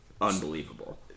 unbelievable